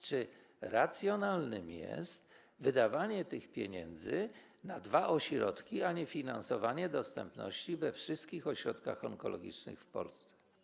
Czy racjonalne jest wydawanie tych pieniędzy na dwa ośrodki, a niefinansowanie dostępności we wszystkich ośrodkach onkologicznych w Polsce?